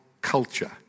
culture